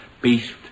Beast